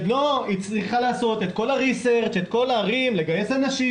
שצריכה לעשות את כל התחקיר, לגייס אנשים,